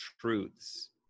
truths